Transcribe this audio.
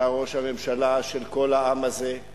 אתה ראש הממשלה של כל העם הזה.